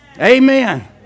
Amen